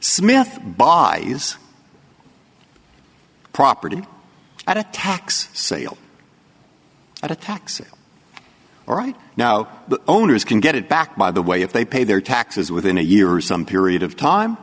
smith by his property at a tax sale at a taxi or right now the owners can get it back by the way if they pay their taxes within a year or some period of time